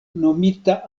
nomita